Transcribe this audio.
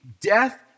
death